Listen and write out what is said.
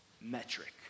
metric